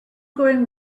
going